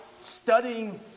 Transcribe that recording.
Studying